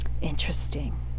Interesting